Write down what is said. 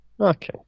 okay